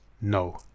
no